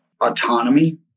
Autonomy